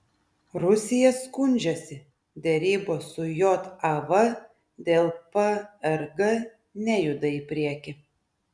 rusija skundžiasi derybos su jav dėl prg nejuda į priekį